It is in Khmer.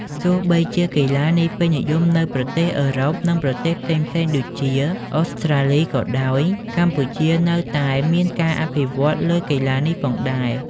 ទោះបីជាកីឡានេះពេញនិយមនៅប្រទេសអឺរ៉ុប និងប្រទេសផ្សេងៗដូចជា អូស្រ្តាលី ក៏ដោយ កម្ពុជានៅតែមានការអភិវឌ្ឍន៍លើកីឡានេះផងដែរ។